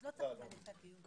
אז לא צריך לנהל את הדיון.